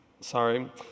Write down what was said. sorry